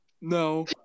No